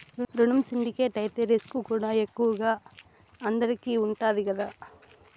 రునం సిండికేట్ అయితే రిస్కుకూడా ఎక్కువగా అందరికీ ఉండాది కదా